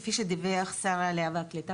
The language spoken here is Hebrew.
כפי שדיווח שר העלייה והקליטה,